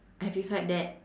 have you heard that